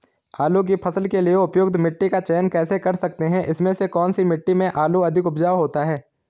आलू की फसल के लिए उपयुक्त मिट्टी का चयन कैसे कर सकते हैं इसमें से कौन सी मिट्टी में आलू अधिक उपजाऊ होता है?